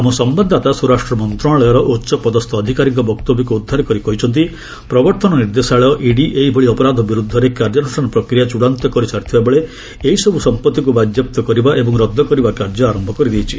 ଆମ ସମ୍ଭାଦଦାତା ସ୍ୱରାଷ୍ଟ୍ର ମନ୍ତ୍ରଣାଳୟର ଉଚ୍ଚପଦସ୍ଥ ଅଧିକାରୀଙ୍କ ବକ୍ତବ୍ୟକୁ ଉଦ୍ଧାର କରି କହିଛନ୍ତି ପ୍ରବର୍ତ୍ତନ ନିର୍ଦ୍ଦେଶାଳୟ ଇଡି ଏହିଭଳି ଅପରାଧ ବିରୁଦ୍ଧରେ କାର୍ଯ୍ୟାନୁଷ୍ଠାନ ପ୍ରକ୍ରିୟା ଚ୍ଚଡ଼ାନ୍ତ କରିସାରିଥିବାବେଳେ ଏହିସବୁ ସମ୍ପତ୍ତିକୁ ବାଜ୍ୟାପ୍ତ କରିବା ଏବଂ ରଦ୍ଦ କରିବା କାର୍ଯ୍ୟ ଆରମ୍ଭ କରିଦେଇଛି